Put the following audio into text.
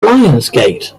lionsgate